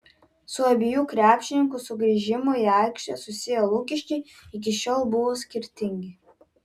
su abiejų krepšininkų sugrįžimu į aikštę susiję lūkesčiai iki šiol buvo skirtingi